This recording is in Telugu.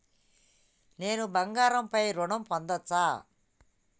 నేను బంగారం పై ఋణం పొందచ్చా?